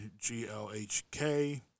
GLHK